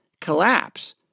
collapse